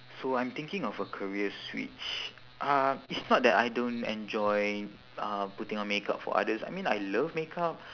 so I'm thinking of a career switch uh it's not that I don't enjoy uh putting on makeup for others I mean I love makeup